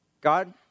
God